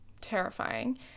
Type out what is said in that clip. terrifying